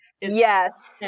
yes